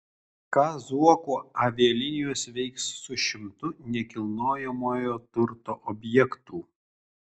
ką zuoko avialinijos veiks su šimtu nekilnojamojo turto objektų